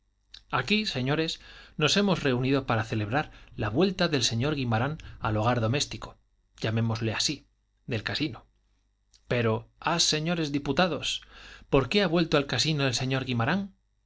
aquí señores nos hemos reunido para celebrar la vuelta del señor guimarán al hogar doméstico llamémoslo así del casino pero ah señores diputados por qué ha vuelto al casino el señor guimarán